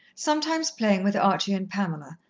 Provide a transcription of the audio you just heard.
sometimes playing with archie and pamela,